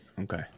Okay